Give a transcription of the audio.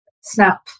Snap